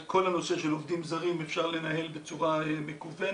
את כל הנושא של עובדים זרים אפשר לנהל בצורה מקוונת,